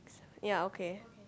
ya okay